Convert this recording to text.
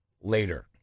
later